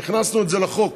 והכנסנו את זה לחוק: